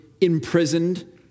imprisoned